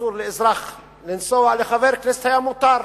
אסור היה לאזרח לנסוע, אבל לחבר כנסת היה מותר.